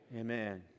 Amen